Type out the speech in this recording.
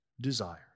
desire